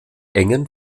engen